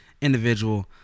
individual